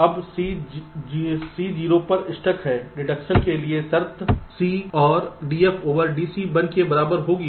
अब C 0 पर stuck है डिटेक्शन के लिए शर्त C और dF dC 1 के बराबर होगी